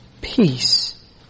peace